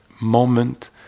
moment